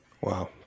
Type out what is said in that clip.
Wow